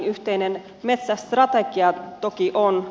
yhteinen metsästrategia toki on